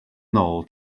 nôl